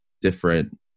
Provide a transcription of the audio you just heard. different